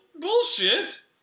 bullshit